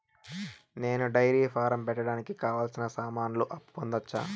నేను dairy farm పెట్టడానికి కావాల్సిన సామాన్లకు అప్పు పొందొచ్చా?